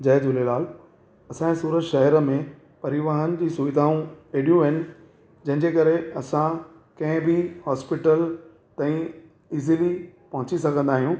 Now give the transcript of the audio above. जय झूलेलाल असांजे सूरत शहर में परिवहन जी सुविधाऊं एॾियूं आहिनि जहिंजे करे असां कंहिं बि हॉस्पिटल ताईं इज़ीली पोहची सघंदा आहियूं